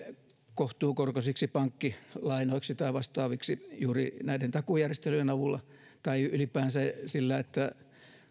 kohtuukorkoisiksi pankkilainoiksi tai vastaaviksi juuri näiden takuujärjestelyjen avulla tai ylipäänsä sillä että